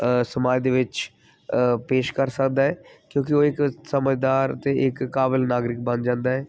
ਸਮਾਜ ਦੇ ਵਿੱਚ ਪੇਸ਼ ਕਰ ਸਕਦਾ ਹੈ ਕਿਉਂਕਿ ਉਹ ਇੱਕ ਸਮਝਦਾਰ ਅਤੇ ਇੱਕ ਕਾਬਲ ਨਾਗਰਿਕ ਬਣ ਜਾਂਦਾ ਹੈ